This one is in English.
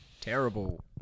terrible